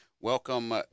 Welcome